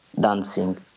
dancing